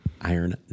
Iron